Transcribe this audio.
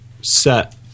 set